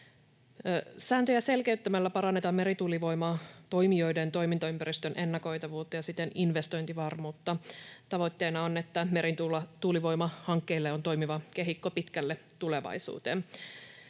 Sääntöjä selkeyttämällä parannetaan merituulivoimatoimijoiden toimintaympäristön ennakoitavuutta ja siten investointivarmuutta. Tavoitteena on, että merituulivoimahankkeille on toimiva kehikko pitkälle tulevaisuuteen.